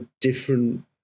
different